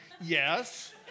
yes